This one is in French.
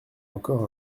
encore